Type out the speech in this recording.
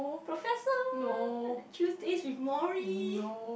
professor Tuesdays-with-Morrie